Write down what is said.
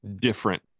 different